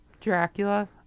dracula